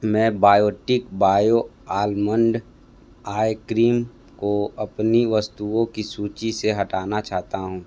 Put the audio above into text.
मैं Biotique bio almond eye cream को अपनी वस्तुओं की सूची से हटाना चाहता हूँ